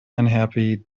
unhappy